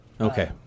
okay